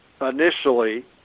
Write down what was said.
initially